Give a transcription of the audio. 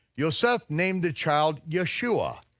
yoseph named the child yeshua,